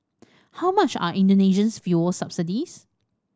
how much are Indonesia's fuel subsidies